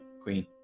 Queen